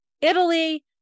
italy